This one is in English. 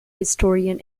historian